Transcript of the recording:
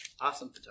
awesome